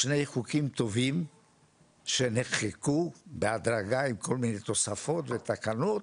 שני חוקים טובים שנחקקו בהדרגה עם כל מיני תוספות ותקנות,